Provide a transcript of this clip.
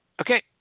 Okay